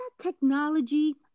technology